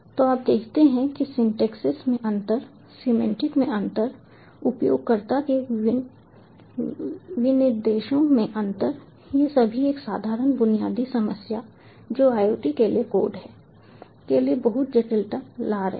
तो आप देखते हैं कि सिंटैक्स में अंतर सिमेंटिक में अंतर उपयोगकर्ता के विनिर्देशों में अंतर ये सभी एक साधारण बुनियादी समस्या जो IoT के लिए कोड है के लिए बहुत जटिलता ला रहे हैं